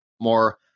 more